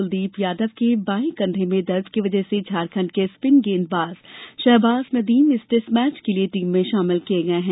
कुलदीप यादव के बाएं कंधे में दर्द की वजह से झारखण्ड के स्पिन गेंदबाज शहबाज नदीम इस टैस्ट मैच के लिए टीम में शामिल किए गए हैं